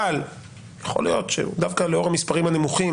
אבל יכול להיות שדווקא לאור המספרים הנמוכים